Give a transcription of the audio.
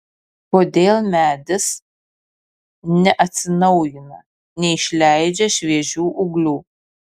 kodėl medis neatsinaujina neišleidžia šviežių ūglių